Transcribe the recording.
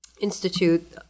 Institute